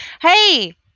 Hey